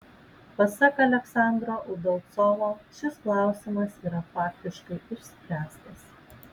pasak aleksandro udalcovo šis klausimas yra faktiškai išspręstas